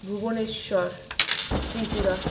Bhubaneswar Tripura